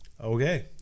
Okay